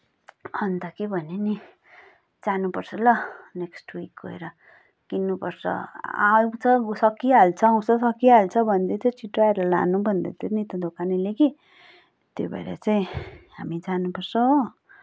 अन्त के भने नि जानुपर्छ ल नेक्स्ट विक गएर किन्नुपर्छ आउँछ सकिइहाल्छ आउँछ सकिइहाल्छ भन्दै थियो छिट्टो आएर लानु भन्दै थियो नि त दोकानेले कि त्यही भएर चाहिँ हामी जानुपर्छ